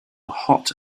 hot